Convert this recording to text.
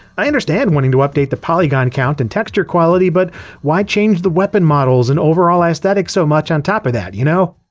i understand wanting to update the polygon count and texture quality, but why change the weapon models and overall aesthetic so much on top of that, you know?